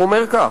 הוא אומר כך: